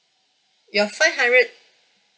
your five hundred